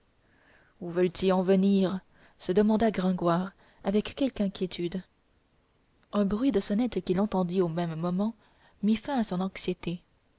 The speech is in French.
où veulent-ils en venir se demanda gringoire avec quelque inquiétude un bruit de sonnettes qu'il entendit au même moment mit fin à son anxiété